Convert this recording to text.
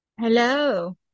Hello